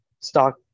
stock